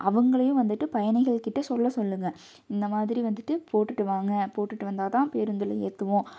அவங்களையும் வந்துட்டு பயணிகள்கிட்ட சொல்ல சொல்லுங்க இந்த மாதிரி வந்துட்டு போட்டுட்டு வாங்க போட்டுட்டு வந்தால் தான் பேருந்தில் ஏற்றுவோம்